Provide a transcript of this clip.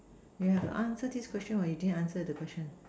you have to answer this question what you didn't answer the question